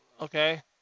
Okay